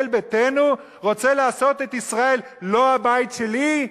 ישראל ביתנו רוצה לעשות את ישראל לא הבית שלי,